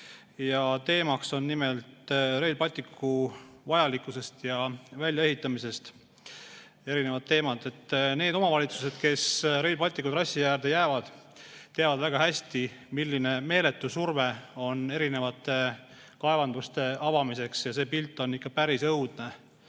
Kallasele. Nimelt, Rail Balticu vajalikkusest ja väljaehitamisest, erinevad teemad. Need omavalitsused, kes Rail Balticu trassi äärde jäävad, teavad väga hästi, milline meeletu surve on erinevate kaevanduste avamiseks. Ja see pilt, mis avaneb, on ikka päris õudne,